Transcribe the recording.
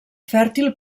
fèrtil